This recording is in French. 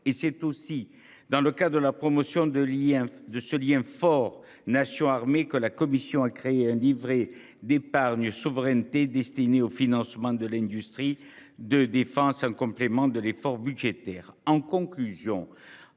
et c'est aussi dans le cas de la promotion de lien de ce lien fort nation-armée que la commission a créé un livret d'épargne souveraineté destiné au financement de l'industrie de défense en complément de l'effort budgétaire